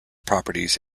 properties